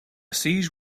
siege